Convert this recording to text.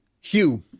Hugh